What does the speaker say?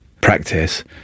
practice